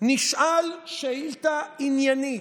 ונשאל שאילתה עניינית: